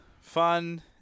Fun